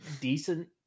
decent